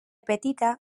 petita